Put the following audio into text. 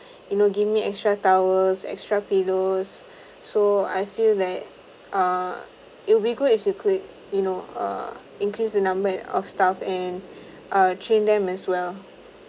you know give me extra towels extra pillows so I feel that uh it will be good if you could you know uh increase the number of staff and uh trained them as well